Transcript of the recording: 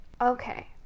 Okay